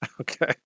Okay